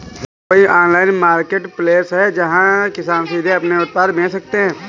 क्या कोई online marketplace है जहाँ किसान सीधे अपने उत्पाद बेच सकते हैं?